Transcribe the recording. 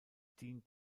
dient